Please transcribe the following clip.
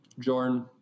Jorn